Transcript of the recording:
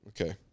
Okay